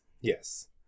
Yes